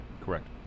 Correct